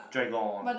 dragon